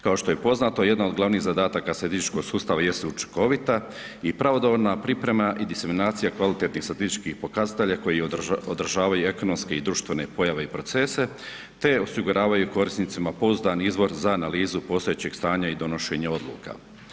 Kao što je poznato, jedan od glavnih zadataka statističkog sustava jest učinkovita i pravodobna priprema i diseminacija kvalitetnih statističkih pokazatelja koji održavaju ekonomske i društvene pojave i procese te osiguravaju korisnicima pouzdani izvor za analizu postojećeg stanja i donošenje odluka.